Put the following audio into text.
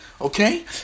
okay